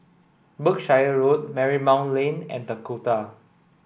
Berkshire Road Marymount Lane and Dakota